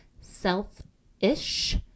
self-ish